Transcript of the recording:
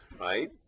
right